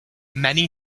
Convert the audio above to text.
many